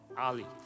Ali